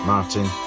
Martin